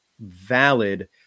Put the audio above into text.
valid